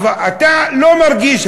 אתה לא מרגיש,